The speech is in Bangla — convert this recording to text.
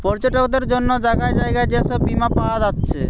পর্যটকদের জন্যে জাগায় জাগায় যে সব বীমা পায়া যাচ্ছে